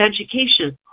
education